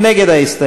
מי נגד ההסתייגות?